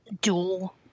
Dual